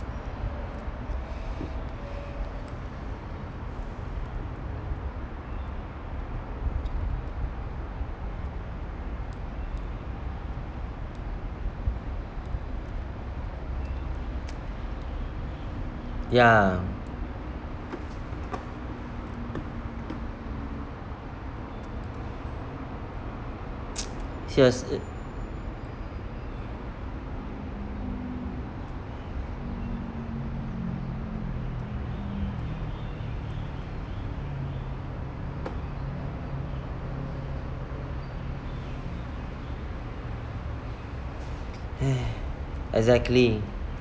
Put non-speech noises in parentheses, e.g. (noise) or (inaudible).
(breath) ya (noise) serious (noise) exactly